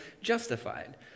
justified